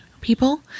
people